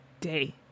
day